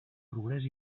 progrés